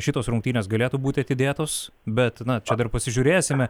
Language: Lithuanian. šitos rungtynės galėtų būti atidėtos bet na čia dar pasižiūrėsime